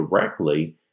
directly